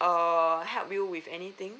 err help you with anything